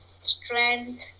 strength